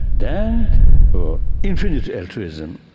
then infinite altruism.